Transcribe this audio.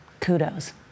Kudos